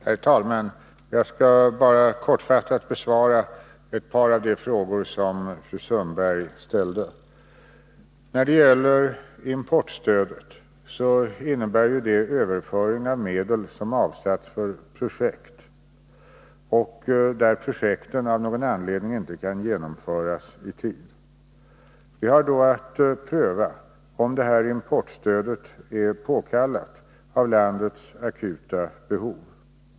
Herr talman! Jag skall bara kortfattat besvara ett par av de frågor som fru Sundberg ställde. Importstödet innebär en överföring av medel som avsatts för projekt som av någon anledning inte kan genomföras i tid. Vi har då att pröva om importstödet är påkallat av landets akuta behov.